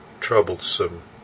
troublesome